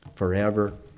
forever